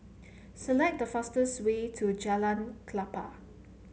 select the fastest way to Jalan Klapa